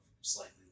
slightly